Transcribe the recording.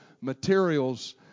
materials